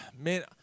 Man